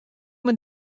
mei